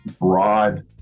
broad